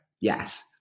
Yes